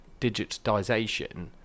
digitization